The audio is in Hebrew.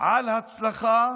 על ההצלחה